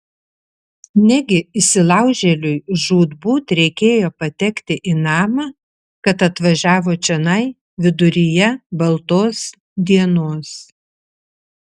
negi įsilaužėliui žūtbūt reikėjo patekti į namą kad atvažiavo čionai viduryje baltos dienos